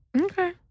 Okay